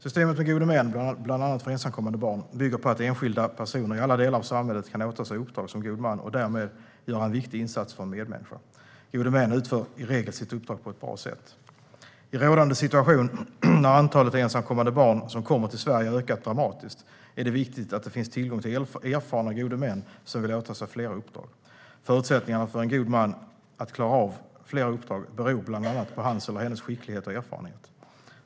Systemet med gode män, bland annat för ensamkommande barn, bygger på att enskilda personer i alla delar av samhället kan åta sig uppdrag som god man och därmed göra en viktig insats för en medmänniska. Gode män utför i regel sitt uppdrag på ett bra sätt. I rådande situation när antalet ensamkommande barn som kommer till Sverige ökat dramatiskt är det viktigt att det finns tillgång till erfarna gode män som vill åta sig flera uppdrag. Förutsättningarna för en god man att klara av flera uppdrag beror bland annat på hans eller hennes skicklighet och erfarenhet.